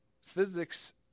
physics